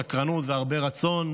סקרנות והרבה רצון,